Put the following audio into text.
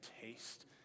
taste